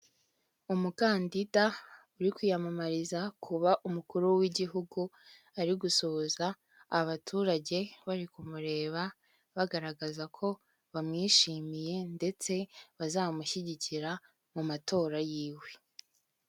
Umukandida uri kwiyamamariza kuba umukuru w'igihugu, ari gusuhuza abaturage bari kumureba, bagaragaza ko bamwishimiye ndetse bazamushyigikira mu matora yiwe.